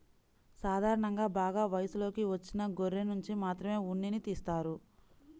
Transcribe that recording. సాధారణంగా బాగా వయసులోకి వచ్చిన గొర్రెనుంచి మాత్రమే ఉన్నిని తీస్తారు